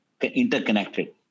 interconnected